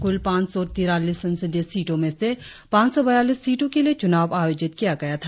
कुल पाच सौ तिरालीस संसदीय सीटों में से पाच सौ बयालीस सीटों के लिए चुनाव आयोजित किया गया था